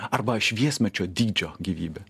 arba šviesmečio dydžio gyvybę